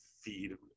feed